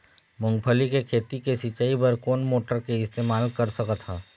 मूंगफली के खेती के सिचाई बर कोन मोटर के इस्तेमाल कर सकत ह?